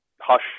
hush